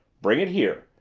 bring it here!